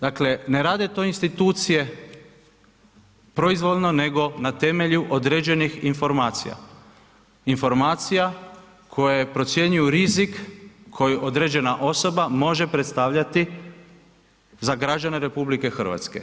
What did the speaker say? Dakle, ne rade to institucije proizvoljno nego na temelju određenih informacija, informacija koje procjenjuju rizik koje određena osoba može predstavljati za građanine RH.